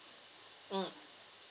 mm